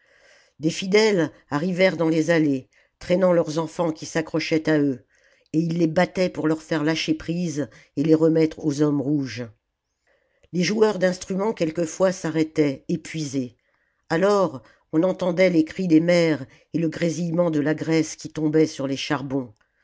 des fidèles arrivèrent dans les allées traînant leurs enfants qui s'accrochaient à eux et ils les battaient pour leur faire lâcher prise et les remettre aux hommes rouges les joueurs d'instruments quelquefois s'arrêtaient épuisés alors on entendait les cris des mères et le grésillement de la graisse qui tombait sur les charbons